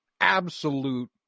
absolute